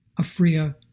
Afria